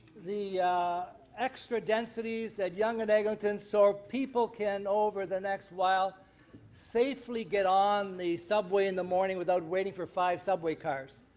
the extra densities at yonge and eglington so people can over the next while safely get on the subway in the morning without waiting for five subway cars.